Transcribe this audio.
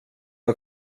var